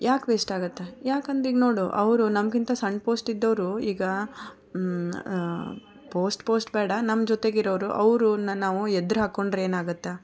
ಯಾಕೆ ವೇಸ್ಟ್ ಆಗುತ್ತೆ ಯಾಕೆಂದ್ರೆ ಈಗ ನೋಡು ಅವರು ನಮಗಿಂತ ಸಣ್ಣ ಪೋಸ್ಟ್ ಇದ್ದೋರು ಈಗ ಪೋಸ್ಟ್ ಪೋಸ್ಟ್ ಬೇಡ ನಮ್ಮ ಜೊತೆಗೆ ಇರೋರು ಅವರನ್ನ ನಾವು ಎದ್ರು ಹಾಕೊಂಡ್ರೆ ಏನು ಆಗುತ್ತೆ